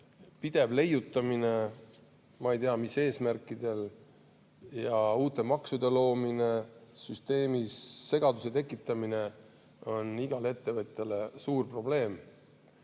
Pidev leiutamine – ma ei tea, mis eesmärkidel – ja uute maksude loomine, süsteemis segaduse tekitamine, on igale ettevõtjale suur probleem.